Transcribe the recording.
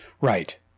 Right